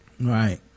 Right